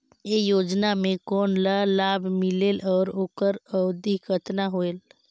ये योजना मे कोन ला लाभ मिलेल और ओकर अवधी कतना होएल